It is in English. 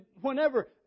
whenever